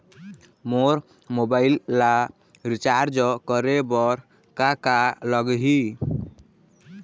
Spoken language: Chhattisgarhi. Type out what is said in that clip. मोर मोबाइल ला रिचार्ज करे बर का का लगही?